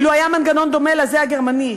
אילו היה מנגנון דומה לזה הגרמני,